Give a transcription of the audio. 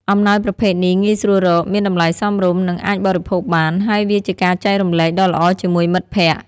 អំណោយប្រភេទនេះងាយស្រួលរក មានតម្លៃសមរម្យ និងអាចបរិភោគបាន ហើយវាជាការចែករំលែកដ៏ល្អជាមួយមិត្តភក្តិ។